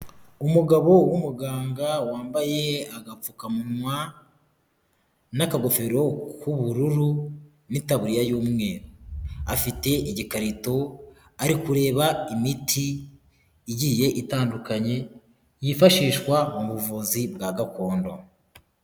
Umugabo w'umuganga wambaye agapfukamunwa n'akagofero k'ubururu n'itaburiya y'umweru afite igikarito ari kureba imiti igiye itandukanye yifashishwa mu buvuzi bwa gakondo.